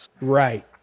Right